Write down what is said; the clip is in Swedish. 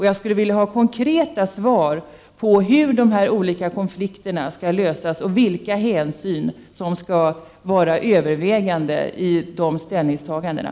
Jag skulle också vilja ha konkreta svar på frågorna om hur de olika konflikterna skall lösas och om vilka hänsyn som skall väga tyngst i de ställningstagandena.